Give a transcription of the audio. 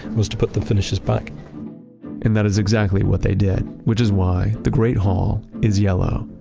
was to put the finishes back and that is exactly what they did, which is why the great hall is yellow,